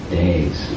days